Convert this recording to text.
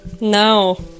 No